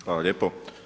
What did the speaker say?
Hvala lijepo.